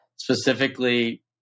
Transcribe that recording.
specifically